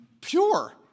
pure